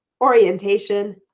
orientation